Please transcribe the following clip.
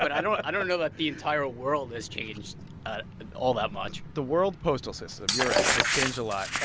but i don't i don't know that the entire world has changed all that much the world postal system you're right has changed a lot.